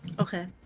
okay